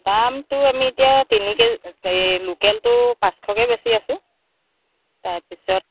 দামটো আমি এতিয়া তিনি কেজি লোকেলটো পাঁচশকৈ বেচি আছোঁ তাৰপিছত